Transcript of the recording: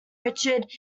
richard